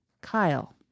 Kyle